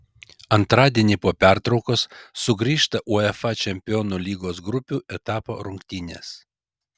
antradienį po pertraukos sugrįžta uefa čempionų lygos grupių etapo rungtynės